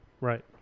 Right